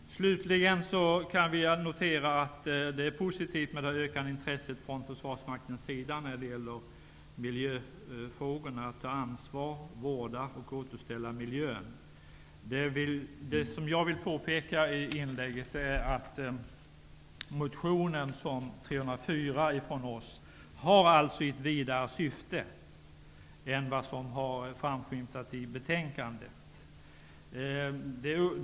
Slutligen kan jag notera att det är positivt med det ökande intresset från försvarsmaktens sida när det gäller miljöfrågorna -- att ta ansvar, vårda och återställa miljön. Det som jag vill påpeka är att den socialdemokratiska motionen Fö304 har ett vidare syfte än vad som har framskymtat i betänkandet.